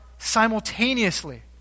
Simultaneously